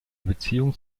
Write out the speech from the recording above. beziehung